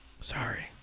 Sorry